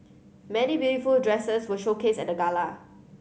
many beautiful dresses were showcased at the gala